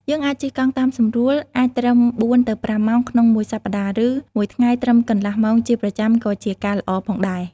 យើងអាចជិះកង់តាមសម្រួល អាចត្រឹម ៤ ទៅ ៥ម៉ោង ក្នុងមួយសប្ដាហ៍ ឬមួយថ្ងៃត្រឹមកន្លះម៉ោង ជាប្រចាំក៏ជាការល្អផងដែរ។